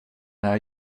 här